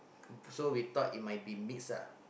so we thought it might be mix ah